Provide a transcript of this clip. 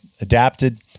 adapted